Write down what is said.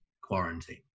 quarantine